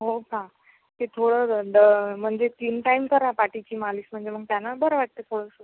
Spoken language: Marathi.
हो का ते थोडं द म्हणजे तीन टाईम करा पाठीची मालिश म्हणजे मग त्यानं बरं वाटतं थोडंसं